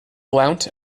blount